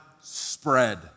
spread